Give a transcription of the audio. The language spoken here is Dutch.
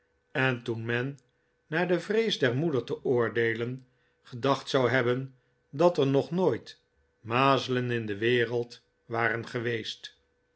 en toen men naar de vrees der moeder te oordeelen gedacht zou hebben dat er nog nooit mazelen in de wereld waren geweest